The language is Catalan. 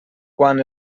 quan